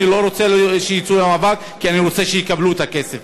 אני לא רוצה שיצאו למאבק כי אני רוצה שיקבלו את הכסף.